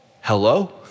Hello